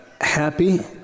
Happy